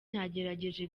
nagerageje